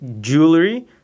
jewelry